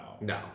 No